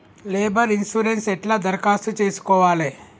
Labour insurance ఎట్ల దరఖాస్తు చేసుకోవాలే?